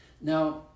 Now